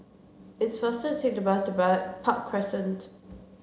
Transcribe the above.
it's faster to take the bus to buy Park Crescent